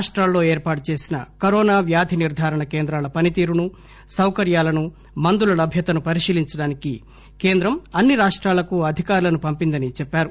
రాష్టాలలో ఏర్పాటు చేసిన కరోనా వ్యాధి నిర్గారణ కేంద్రాల పనితీరును సౌకర్యాలను మందుల లభ్యతను పరిశీలించడానికి కేంద్రం అన్ని రాష్టాలకు అధికారులను పంపిందని చెప్పారు